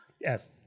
Yes